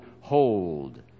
hold